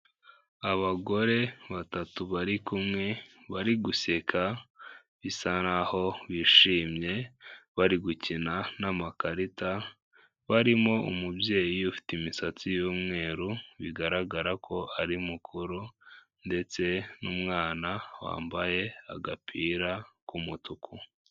Abagore batatu bari kumwe, bari guseka bisa naho bishimye, bari gukina n'amakarita, barimo umubyeyi ufite imisatsi y'umweru bigaragara ko ari mukuru, ndetse n'umwana wambaye agapira k'umutuku.